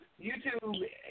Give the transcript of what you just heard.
YouTube